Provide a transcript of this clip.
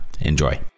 Enjoy